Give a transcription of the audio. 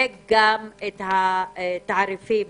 וגם את התעריפים